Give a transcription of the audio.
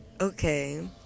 okay